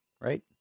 Right